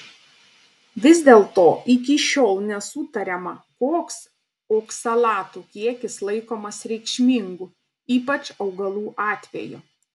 vis dėlto iki šiol nesutariama koks oksalatų kiekis laikomas reikšmingu ypač augalų atveju